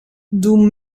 doe